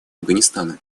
афганистана